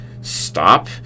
Stop